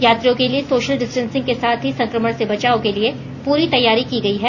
यात्रियों के लिए सोषल डिस्टेंसिंग के साथ ही संकमण से बचाव के लिए पूरी तैयारी की गयी है